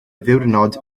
ddiwrnod